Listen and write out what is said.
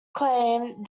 claim